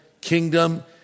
kingdom